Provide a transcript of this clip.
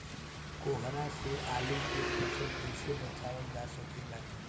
कोहरा से आलू के फसल कईसे बचावल जा सकेला?